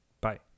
bye